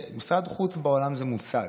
בעולם משרד חוץ זה מוסד.